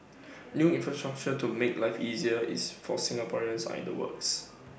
new infrastructure to make life easier is for Singaporeans are in the works